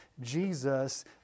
Jesus